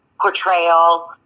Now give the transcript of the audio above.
portrayal